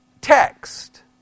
text